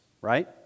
right